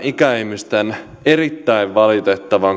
ikäihmisten erittäin valitettava